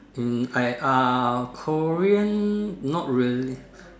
hmm I uh Korean not really